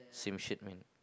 same shit man